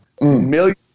million